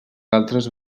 altres